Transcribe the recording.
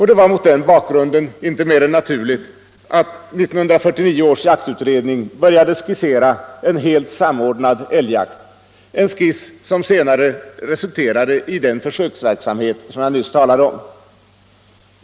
Det var mot den bakgrunden naturligt, att 1949 års jaktutredning började skissera en helt samordnad älgjakt, en skiss som senare resulterade i den försöksverksamhet som jag nyss talade om.